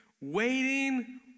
Waiting